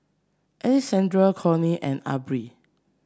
Alexandria Corinne and Aubrey